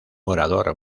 orador